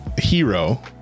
Hero